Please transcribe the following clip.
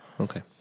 Okay